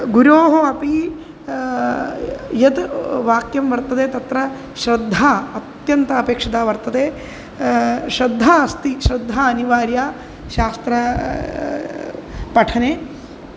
गुरोः अपि यत् वाक्यं वर्तते तत्र श्रद्धा अत्यन्तम् अपेक्षिता वर्तते श्रद्धा अस्ति श्रद्धा अनिवार्या शास्त्रपठने